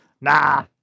Nah